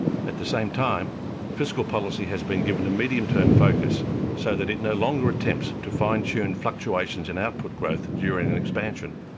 at the same time fiscal policy has been given a medium-term focus so that it no longer attempts to fine-tune fluctuations in output growth during an expansion.